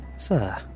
Sir